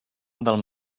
del